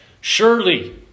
Surely